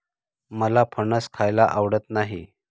मला फणस खायला आवडत नाही